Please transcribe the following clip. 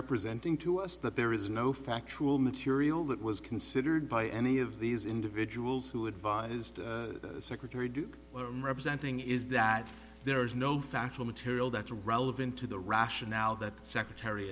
presenting to us that there is no factual material that was considered by any of these individuals who advised secretary duke representing is that there is no factual material that's relevant to the rationale that secretary